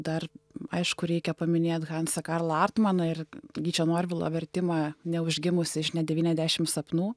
dar aišku reikia paminėt hansą karlą artmaną ir gyčio norvilo vertimą neužgimusi žinia devyniadešim sapnų